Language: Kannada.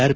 ಆರ್